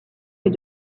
est